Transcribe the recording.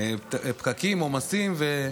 פקקים, עומסים.